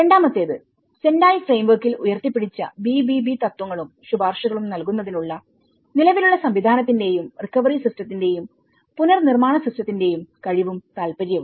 രണ്ടാമത്തേത്സെൻഡായ് ഫ്രെയിംവർക്കിൽ ഉയർത്തിപ്പിടിച്ച BBB തത്വങ്ങളും ശുപാർശകളും നൽകുന്നതിനുള്ള നിലവിലുള്ള സംവിധാനത്തിന്റെയുംറിക്കവറി സിസ്റ്റത്തിന്റെയും പുനർനിർമ്മാണ സിസ്റ്റത്തിന്റെയും കഴിവും താൽപ്പര്യവും